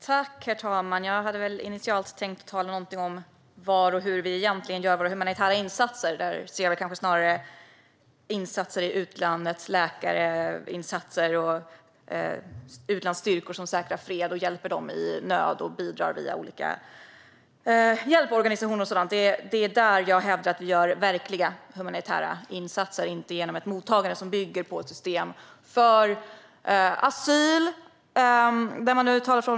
Herr talman! Jag hade initialt tänkt säga något om var och hur vi egentligen gör våra humanitära insatser. Där skulle vi snarare vilja se insatser i utlandet, läkarinsatser, utlandsstyrkor som säkrar fred och hjälper människor i nöd, bidrag via olika hjälporganisationer och så vidare. Det är där jag hävdar att vi gör verkliga humanitära insatser, inte genom ett mottagande som bygger på ett system för asyl.